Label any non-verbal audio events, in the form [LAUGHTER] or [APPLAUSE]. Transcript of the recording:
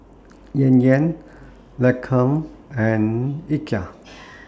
Yan Yan Lancome and Ikea [NOISE]